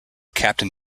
captain